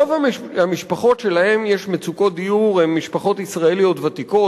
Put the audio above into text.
רוב המשפחות שלהן יש מצוקות דיור הן משפחות ישראליות ותיקות,